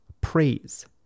praise